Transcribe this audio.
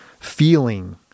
feeling